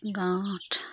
গাঁৱত